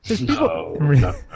No